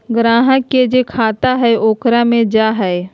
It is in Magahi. ग्राहक के जे खाता हइ ओकरे मे जा हइ